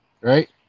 right